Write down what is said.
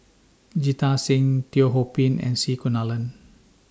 Jita Singh Teo Ho Pin and C Kunalan